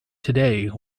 today